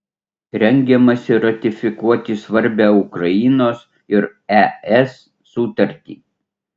rengiamasi ratifikuoti svarbią ukrainos ir es sutartį